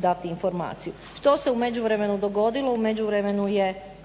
dati informaciju. Što se u međuvremenu dogodilo? U međuvremenu je,